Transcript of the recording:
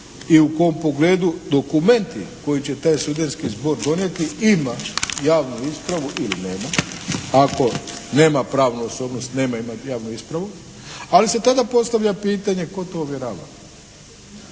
i u kom pogledu dokumenti koje će taj studentski zbor donijeti ima javnu ispravu ili nema. Ako nema pravnu osobnost nema javnu ispravu, ali se tada postavlja pitanje tko to ovjerava